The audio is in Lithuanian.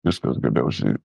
viskas galiausiai